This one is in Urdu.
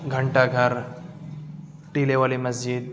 گھنٹہ گھر ٹیلے والی مسجد